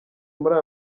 muri